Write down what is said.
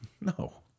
No